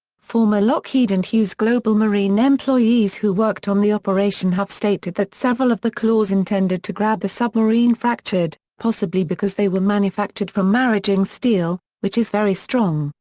former lockheed and hughes global marine employees who worked on the operation have stated that several of the claws intended to grab the submarine fractured, possibly because they were manufactured from maraging steel, which is very strong,